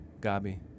Gabi